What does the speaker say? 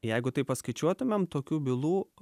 jeigu taip paskaičiuotumėm tokių bylų